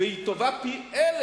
והיא טובה פי-אלף